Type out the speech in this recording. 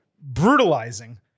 brutalizing